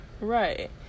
Right